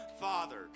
father